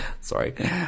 Sorry